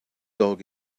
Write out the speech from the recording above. dog